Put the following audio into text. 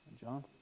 John